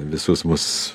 visus mus